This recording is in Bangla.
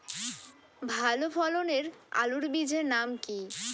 ভালো ফলনের আলুর বীজের নাম কি?